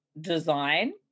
design